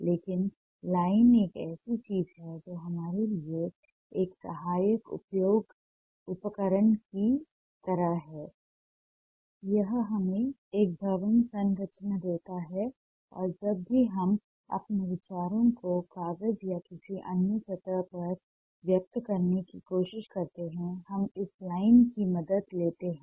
लेकिन लाइन एक ऐसी चीज है जो हमारे लिए एक सहायक उपकरण की तरह है यह हमें एक भवन संरचना देता है और जब भी हम अपने विचारों को कागज या किसी अन्य सतह पर व्यक्त करने की कोशिश करते हैं हम इस लाइन की मदद लेते हैं